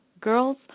girls